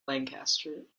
lancaster